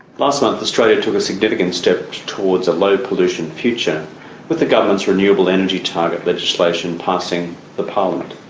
last month australia took a significant step towards a low pollution future with the government's renewable energy target legislation passing the parliament.